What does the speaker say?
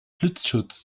blitzschutz